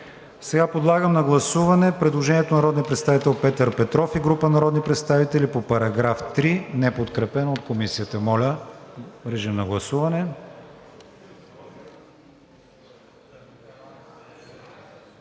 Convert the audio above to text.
Подлагам на гласуване предложението на народния представител Петър Петров и група народни представители по § 3, неподкрепено от Комисията. Гласували